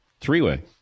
three-way